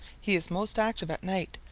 he is most active at night,